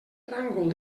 tràngol